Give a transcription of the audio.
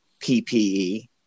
PPE